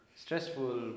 Stressful